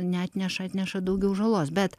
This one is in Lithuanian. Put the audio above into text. neatneša atneša daugiau žalos bet